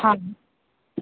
हा